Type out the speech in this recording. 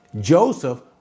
Joseph